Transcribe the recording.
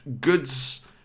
goods